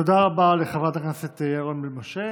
תודה רבה לחברת הכנסת יעל רון בן משה.